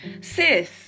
Sis